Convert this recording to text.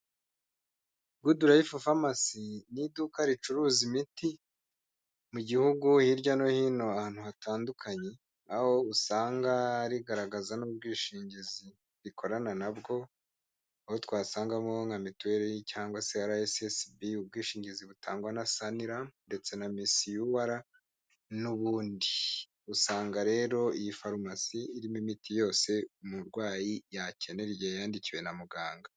Good Life Pharmacy ni iduka ricuruza imiti mu gihugu hirya no hino ahantu hatandukanye, aho usanga rigaragaza n'ubwishingizi rikorana nabwo aho twasangamo nka mituweli cyangwa se rssb, ubwishingizi butangwa na saniramu ndetse na mi misiyuwara n'ubundi. Usanga rero iyi farumasi irimo imiti yose umurwayi yakenera igihe yandikiwe na muganga.